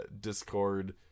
discord